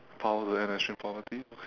power to end extreme poverty